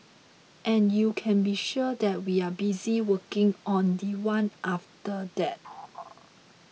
and you can be sure that we are busy working on the one after that